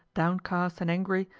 downcast and angry,